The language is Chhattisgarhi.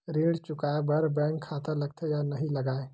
ऋण चुकाए बार बैंक खाता लगथे या नहीं लगाए?